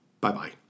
Bye-bye